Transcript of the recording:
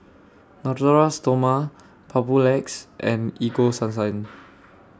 Natura Stoma Papulex and Ego